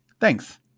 Thanks